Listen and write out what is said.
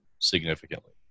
significantly